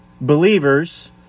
believers